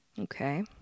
Okay